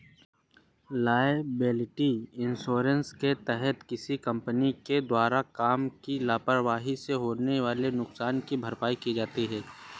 liability insurance के तहत किसी कंपनी के द्वारा काम की लापरवाही से होने वाले नुकसान की भरपाई की जाती है